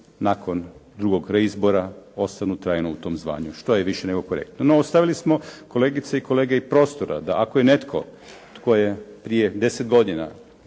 nakon drugog reizbora ostanu trajno u tom zvanju, što je i više nego korektno. No ostavili smo kolegice i kolege i prostora da ako je netko tko je prije 10 godina